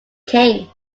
king